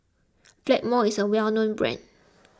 Blackmores is a well known brand